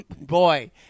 Boy